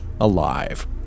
alive